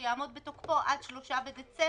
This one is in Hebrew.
שיעמוד בתוקפו עד 3 בדצמבר,